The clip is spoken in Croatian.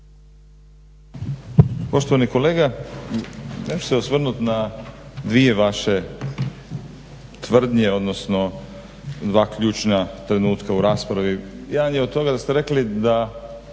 Poštovani kolega, ja ću se osvrnuti na dvije vaše tvrdnje odnosno dva ključna trenutka u raspravi. Jedan je od toga kada ste rekli da